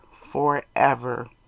forever